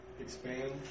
expand